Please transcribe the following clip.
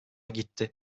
gitti